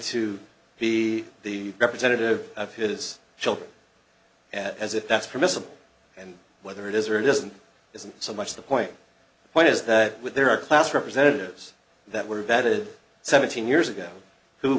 to be the representative of his children as if that's permissible and whether it is or it isn't isn't so much the point point is that there are class representatives that were vetted seventeen years ago who